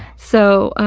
so,